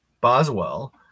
Boswell